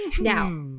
Now